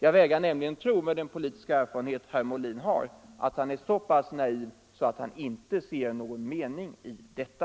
Jag vägrar nämligen att tro att herr Molin, med den politiska erfarenhet han har, är så naiv att han inte ser någon mening i detta.